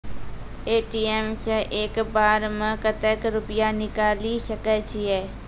ATM सऽ एक बार म कत्तेक रुपिया निकालि सकै छियै?